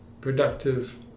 productive